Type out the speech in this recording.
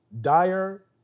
dire